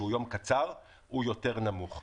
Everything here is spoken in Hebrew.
שהוא יום קצר, הוא יותר נמוך.